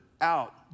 out